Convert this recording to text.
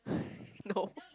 no